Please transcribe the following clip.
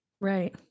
right